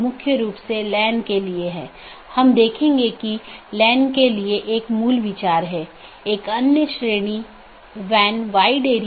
तो मुख्य रूप से ऑटॉनमस सिस्टम मल्टी होम हैं या पारगमन स्टब उन परिदृश्यों का एक विशेष मामला है